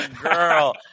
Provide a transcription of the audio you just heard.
Girl